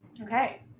Okay